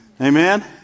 Amen